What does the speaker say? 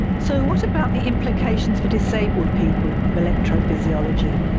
so what about the implications for disabled people of electrophysiology?